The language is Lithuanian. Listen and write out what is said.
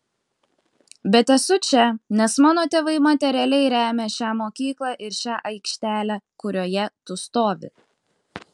bet esu čia nes mano tėvai materialiai remia šią mokyklą ir šią aikštelę kurioje tu stovi